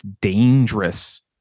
dangerous